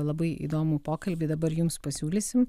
labai įdomų pokalbį dabar jums pasiūlysim